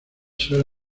suele